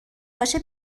باشه